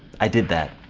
i did that